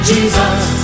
Jesus